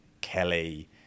Kelly